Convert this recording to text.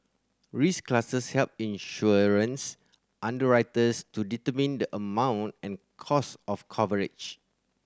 risk classes help insurance underwriters to determine the amount and cost of coverage